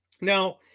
Now